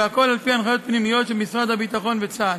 והכול על-פי הנחיות פנימיות של משרד הביטחון וצה"ל.